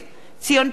ציון פיניאן,